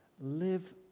live